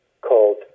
called